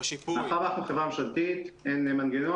מאחר ואנחנו חברה ממשלתית אין מנגנון